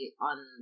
on